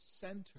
center